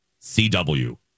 CW